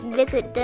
visit